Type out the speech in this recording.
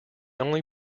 only